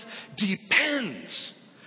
depends